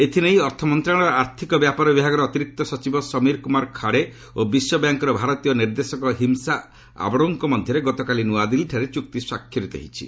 ଏଥିନେଇ ଅର୍ଥମନ୍ତ୍ରଣାଳୟର ଆର୍ଥିକ ବ୍ୟାପାର ବିଭାଗର ଅତିରିକ୍ତ ସଚିବ ସମୀର କୁମାର ଖାରେ ଓ ବିଶ୍ୱବ୍ୟାଙ୍କ୍ର ଭାରତୀୟ ନିର୍ଦ୍ଦେଶକ ହିସାମ୍ ଆବ୍ଡୋଙ୍କ ମଧ୍ୟରେ ଗତକାଲି ନୂଆଦିଲ୍ଲୀଠାରେ ଚୁକ୍ତି ସ୍ୱାକ୍ଷରିତ ହୋଇଛି